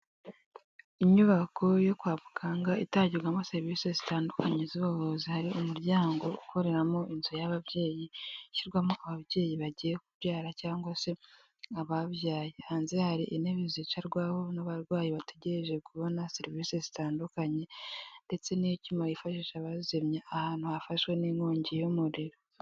Inyubako yo kwa muganga itangirwamo serivisi zitandukanye z'ubuvuzi, hari umuryango ukoreramo inzu y'ababyeyi ishyirwamo ababyeyi bagiye kubyara cyangwa se ababyaye, hanze hari intebe zicarwaho n'abarwayi bategereje kubona serivisi zitandukanye ndetse n'icyuma bifashisha abazimye ahantu hafashwe n'inkongi y'umuriro.